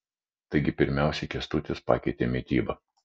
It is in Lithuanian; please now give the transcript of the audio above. taigi pirmiausiai kęstutis pakeitė mitybą